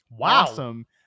awesome